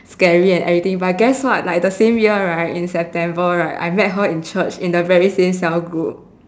scary and everything but guess what like the same year right in september right I met her in church in the very same cell group